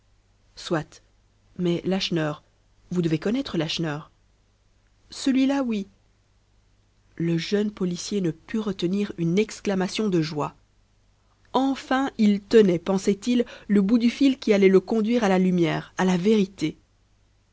soit mais lacheneur vous devez connaître lacheneur celui-là oui le jeune policier ne put retenir une exclamation de joie enfin il tenait pensait-il le bout du fil qui allait le conduire à la lumière à la vérité